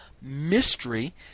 mystery